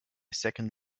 second